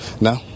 No